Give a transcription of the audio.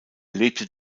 lebte